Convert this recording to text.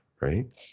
right